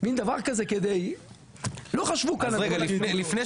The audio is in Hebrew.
לא חשבו כאן על כל האפשרויות.